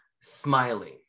smiling